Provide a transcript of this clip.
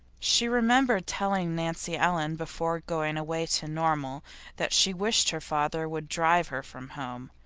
she remembered telling nancy ellen before going away to normal that she wished her father would drive her from home.